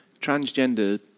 transgender